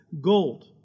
gold